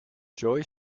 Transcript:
joy